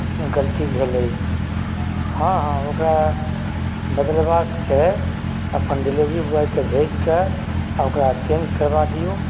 गलती भेल अछि हँ हँ ओकरा बदलबाक छै अपन डिलीवरी बॉयकेँ भेज कऽ आओर ओकरा चेन्ज करवा दियौ